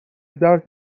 درک